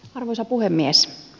arvoisa puhemies